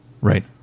Right